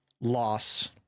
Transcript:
loss